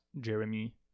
Jeremy